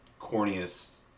corniest